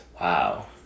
Wow